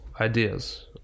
Ideas